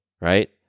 right